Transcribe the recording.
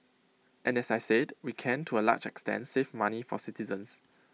and as I said we came to A large extent save money for citizens